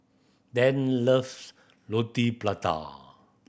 Dann loves Roti Prata